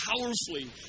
powerfully